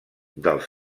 dels